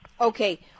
okay